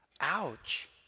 Ouch